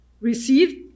received